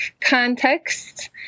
context